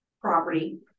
property